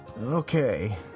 Okay